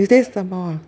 you stay in Sembawang